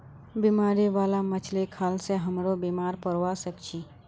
बीमारी बाला मछली खाल से हमरो बीमार पोरवा सके छि